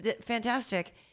Fantastic